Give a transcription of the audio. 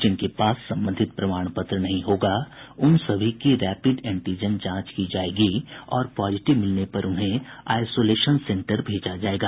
जिनके पास संबंधित प्रमाण पत्र नहीं होगा उन सभी की रैपिड एंटीजन जांच की जायेगी और पॉजिटिव मिलने पर उन्हें आइसोलेशन सेंटर भेजा जायेगा